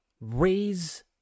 Raise